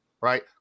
right